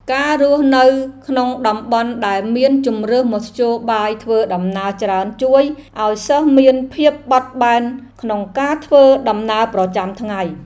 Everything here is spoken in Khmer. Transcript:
ការរស់នៅក្នុងតំបន់ដែលមានជម្រើសមធ្យោបាយធ្វើដំណើរច្រើនជួយឱ្យសិស្សមានភាពបត់បែនក្នុងការធ្វើដំណើរប្រចាំថ្ងៃ។